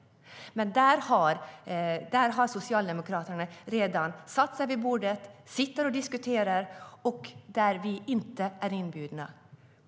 Men Socialdemokraterna har redan satt sig vid bordet för att diskutera, och vi är inte inbjudna.